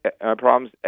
problems